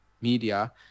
media